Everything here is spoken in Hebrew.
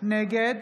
נגד